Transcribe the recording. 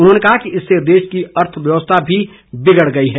उन्होंने कहा कि इससे देश की अर्थव्यवस्था भी बिगड़ गई है